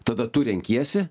tada tu renkiesi